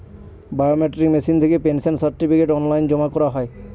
biometric machine থেকে pension certificate online জমা করা হয়